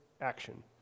action